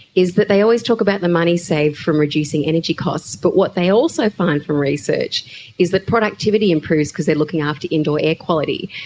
is that they always talk about the money saved from reducing energy costs, but what they also find from research is that productivity improves because they are looking after indoor air quality.